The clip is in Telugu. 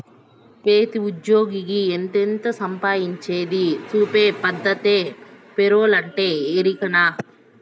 పెతీ ఉజ్జ్యోగి ఎంతెంత సంపాయించేది సూపే పద్దతే పేరోలంటే, ఎరికనా